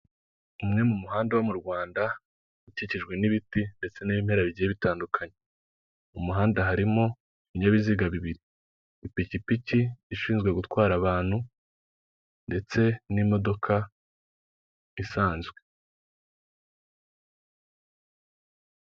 Umwe mu muhanda wo mu Rwanda ukikijwe n'ibiti ndetse n'ibimera bigiye bitandukanye mu muhanda harimo ibinyabiziga bibiri ipikipiki ishinzwe gutwara abantu ndetse n'imodoka isanzwe.